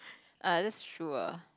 ah that's true ah